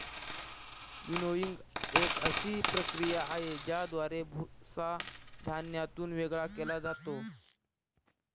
winnowing एक अशी प्रक्रिया आहे, ज्याद्वारे भुसा धान्यातून वेगळा केला जातो